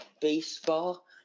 baseball